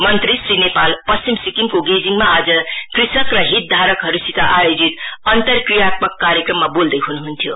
मन्त्री श्री नेपाल पश्चिम सिक्किमको गेजिङमा आज कृषक र हितधारकहरूसित आयोजित अन्तरक्रियात्मक कार्यक्रममा बोल्दै हुनुहुन्थ्यो